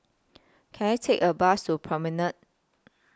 Can I Take A Bus to Promenade